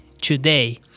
Today